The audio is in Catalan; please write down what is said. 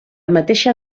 mateixa